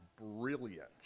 brilliant